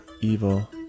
evil